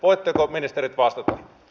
voitteko ministerit vastata